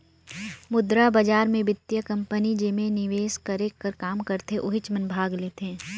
मुद्रा बजार मे बित्तीय कंपनी जेमन निवेस करे कर काम करथे ओहिच मन भाग लेथें